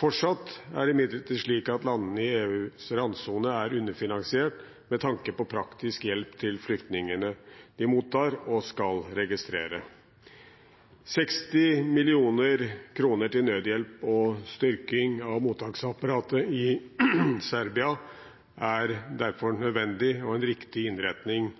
Fortsatt er det imidlertid slik at landene i EUs randsone er underfinansiert med tanke på praktisk hjelp til flyktningene de mottar og skal registrere. 60 mill. kr til nødhjelp og styrking av mottaksapparatet i Serbia er derfor nødvendig og en riktig innretning